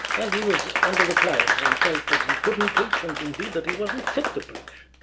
and he was under the clouds and felt that he couldn't preach and indeed that he wasn't fit to preach,